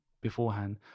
beforehand